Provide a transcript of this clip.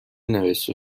نوشته